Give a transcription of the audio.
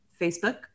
Facebook